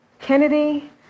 Kennedy